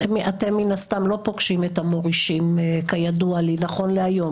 אתם מן הסתם לא פוגשים את המורישים נכון להיום?